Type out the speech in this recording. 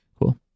Cool